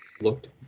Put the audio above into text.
looked